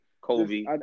Kobe